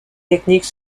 technique